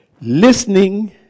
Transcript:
Listening